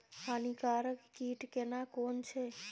हानिकारक कीट केना कोन छै?